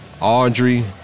Audrey